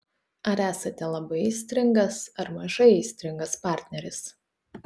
ar esate labai aistringas ar mažai aistringas partneris